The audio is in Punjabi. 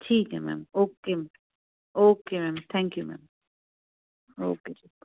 ਠੀਕ ਹੈ ma'am okay ma'am okay ma'am thank you ma'am okay ਜੀ